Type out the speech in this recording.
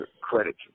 credit